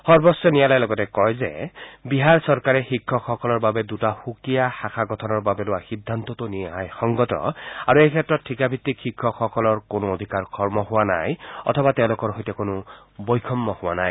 সৰ্বোচ্চ ন্যায়ালয়ে লগতে কয় বিহাৰ চৰকাৰে শিক্ষকসকলৰ বাবে দুটা সুকীয়া শাখা গঠনৰ বাবে হোৱা সিদ্ধান্তটো ন্যায় সংগত আৰু এইক্ষেত্ৰত ঠিকাভিত্তিক শিক্ষকসকলৰ কোনো অধিকাৰ খৰ্ব হোৱা নাই নতুবা তেওঁলোকৰ সৈতে কোনো বৈষম্য হোৱা নাই